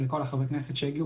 ולכל חברי הכנסת שהגיעו.